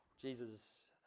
Jesus